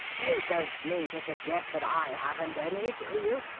you don't mean to suggest that i haven't any, do you?